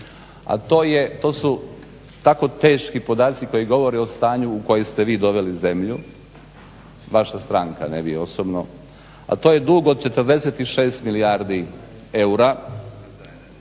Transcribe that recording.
A to su tako teški podaci koji govore o stanju u koji ste vi doveli zemlju, vaša stranka ne vi osobno, a to je dug od 46 milijardi eura,